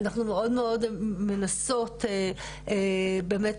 אנחנו מאוד מנסות באמת,